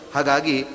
Hagagi